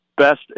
best